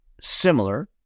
similar